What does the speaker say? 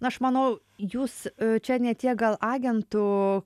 aš manau jūs čia ne tiek gal agentų